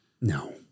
No